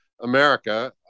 America